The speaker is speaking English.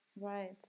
right